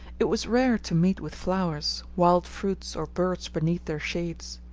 it was rare to meet with flowers, wild fruits, or birds beneath their shades.